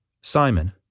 Simon